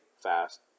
fast